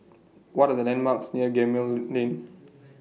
What Are The landmarks near Gemmill Lane